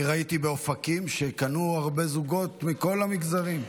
אני ראיתי באופקים שהרבה זוגות קנו, מכל המגזרים.